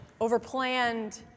overplanned